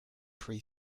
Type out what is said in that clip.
pre